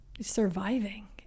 surviving